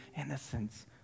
Innocence